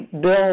Bill